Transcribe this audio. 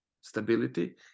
stability